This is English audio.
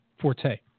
forte